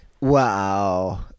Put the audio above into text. Wow